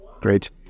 Great